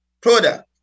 product